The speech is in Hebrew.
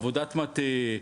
עבודת מטה,